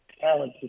talented